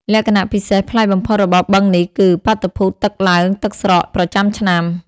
លក្ខណៈពិសេសប្លែកបំផុតរបស់បឹងនេះគឺ បាតុភូតទឹកឡើងទឹកស្រក ប្រចាំឆ្នាំ។